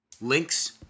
Links